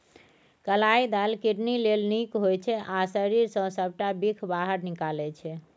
कलाइ दालि किडनी लेल नीक होइ छै आ शरीर सँ सबटा बिख बाहर निकालै छै